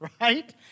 right